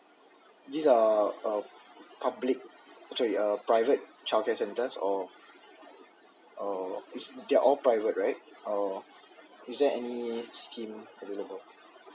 these are uh public sorry uh private childcare centers or or they're all private right or is there any scheme available